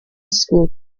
school